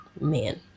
man